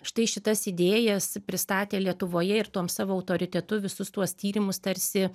štai šitas idėjas pristatė lietuvoje ir tuom savo autoritetu visus tuos tyrimus tarsi